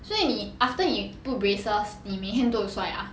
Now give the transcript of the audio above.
所以你 after 你 put braces 你每天都有刷牙